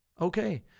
Okay